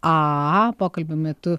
a pokalbio metu